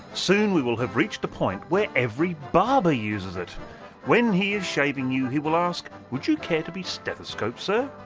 soon we will have reached the point where every barber uses it when he is shaving you, he will ask would you care to be stethoscoped sir?